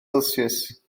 celsius